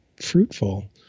fruitful